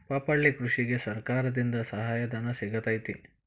ಪಪ್ಪಾಳಿ ಕೃಷಿಗೆ ಸರ್ಕಾರದಿಂದ ಸಹಾಯಧನ ಸಿಗತೈತಿ